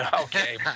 Okay